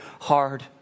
hard